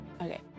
Okay